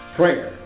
prayer